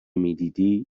میدیدی